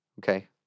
okay